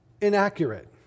inaccurate